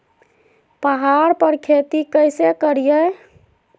पहाड़ पर खेती कैसे करीये?